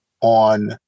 On